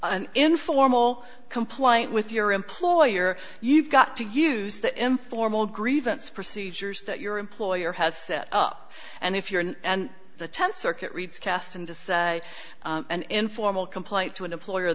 an informal compliant with your employer you've got to use the informal grievance procedures that your employer has set up and if you're and the tenth circuit reads cast into say an informal complaint to an employer